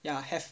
ya have